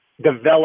develop